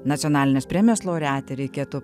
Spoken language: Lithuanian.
nacionalinės premijos laureatė reikėtų